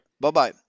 bye-bye